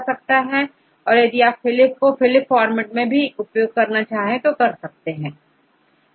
किंतु यदि आपPhylipकोPhylip format मैं उपयोग करते हैं